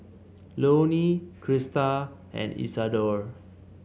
Loney Crista and Isadore